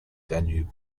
danube